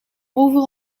over